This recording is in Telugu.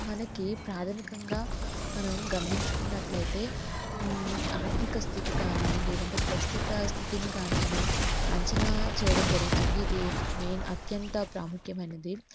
మనకి ప్రాథమికంగా మనం గమనించుకున్నట్లయితే ఆర్థిక స్థితి కానీ లేదంటే ప్రస్తుత స్థితిని కానీ మనం అంచనా చేయడం జరుగుతుంది ఇది మెయిన్ అత్యంత ప్రాముఖ్యమైనది